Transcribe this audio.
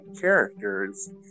characters